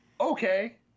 Okay